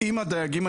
עם הדייגים,